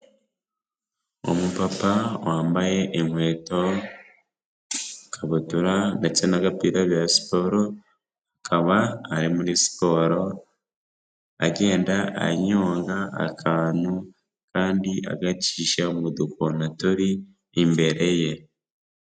Umupapa wambaye inkweto, ikabutura ndetse n'agapira bya siporo, akaba ari muri siporo agenda anyonga akantu kandi agacisha mudukona turi imbere ye.